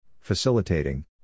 facilitating